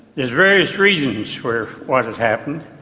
there's various reasons for what has happened.